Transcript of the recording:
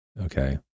okay